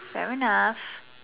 fair enough